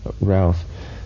Ralph